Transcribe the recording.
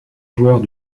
joueurs